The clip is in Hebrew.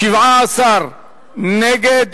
17 נגד.